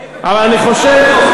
אבל אני חושב,